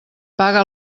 paga